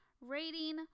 rating